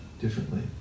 differently